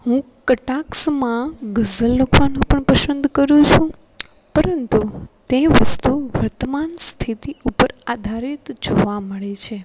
હું કટાક્ષમાં ગઝલ લખવાનું પણ પસંદ કરું છું પરંતુ તે વસ્તુ વર્તમાન સ્થિતિ ઉપર આધારિત જોવા મળે છે